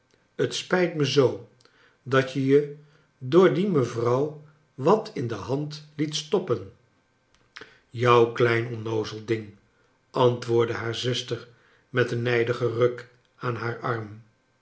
het spijt mij zoo dat je je door die mevrouw wat in de hand liet stoppen jou klein onnoozel dingl antwoordde haar zuster met een nijdigen ruk aan haar arm